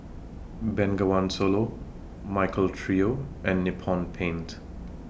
Bengawan Solo Michael Trio and Nippon Paint